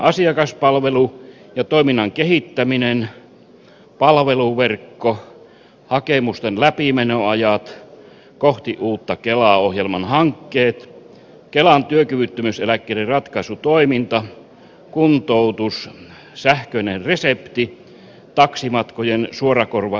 asiakaspalvelu ja toiminnan kehittäminen palveluverkko hakemusten läpimenoajat kohti uutta kelaa ohjelman hankkeet kelan työkyvyttömyyseläkkeiden ratkaisutoiminta kuntoutus sähköinen resepti taksimatkojen suorakorvaushanke